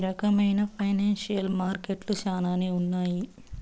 ఈ రకమైన ఫైనాన్సియల్ మార్కెట్లు శ్యానానే ఉన్నాయి